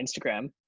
instagram